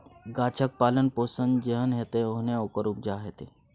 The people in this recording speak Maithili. गाछक पालन पोषण जेहन हेतै ओहने ओकर उपजा हेतै